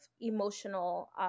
emotional